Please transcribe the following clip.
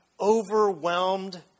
overwhelmed